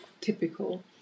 typical